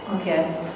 Okay